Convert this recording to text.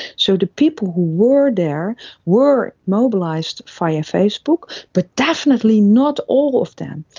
so the people who were there were mobilised via facebook, but definitely not all of them.